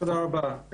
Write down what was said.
תודה רבה.